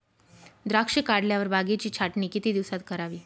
द्राक्षे काढल्यावर बागेची छाटणी किती दिवसात करावी?